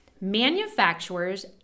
Manufacturers